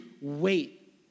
wait